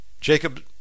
Jacob